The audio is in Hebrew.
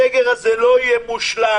הסגר הזה לא יהיה מושלם,